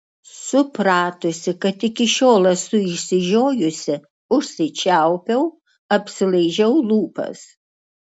supratusi kad iki šiol esu išsižiojusi užsičiaupiau apsilaižiau lūpas